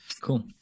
Cool